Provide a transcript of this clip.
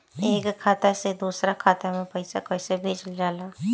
एक खाता से दूसरा खाता में पैसा कइसे भेजल जाला?